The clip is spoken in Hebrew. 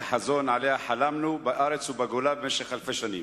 החזון שעליה חלמנו בארץ ובגולה במשך אלפי שנים.